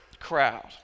Crowd